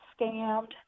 scammed